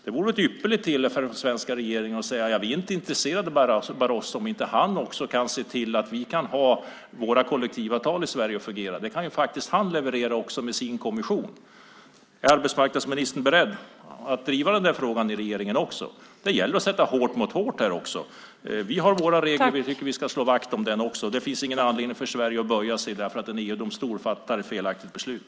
Det vore ett ypperligt tillfälle för den svenska regeringen att säga: Vi är inte intresserade av Barroso om han inte kan se till att vi kan ha våra kollektivavtal i Sverige. Det kan han leverera med sin kommission. Är arbetsmarknadsministern beredd att driva den frågan i regeringen? Det gäller att sätta hårt mot hårt. Vi har våra regler, och jag tycker att vi ska slå vakt om dem. Det finns ingen anledning för Sverige att böja sig därför att en EU-domstol fattar ett felaktigt beslut.